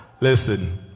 Listen